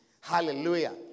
Hallelujah